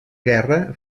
guerra